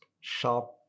sharp